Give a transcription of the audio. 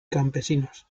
campesinos